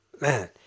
Man